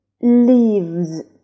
leaves